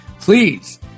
please